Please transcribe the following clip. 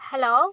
hello